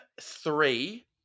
three